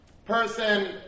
Person